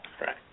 Right